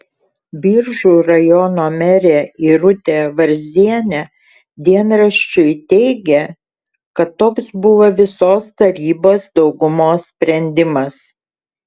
biržų rajono merė irutė varzienė dienraščiui teigė kad toks buvo visos tarybos daugumos sprendimas